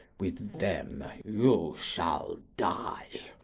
with them you shall die!